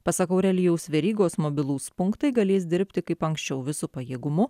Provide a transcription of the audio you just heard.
pasak aurelijaus verygos mobilūs punktai galės dirbti kaip anksčiau visu pajėgumu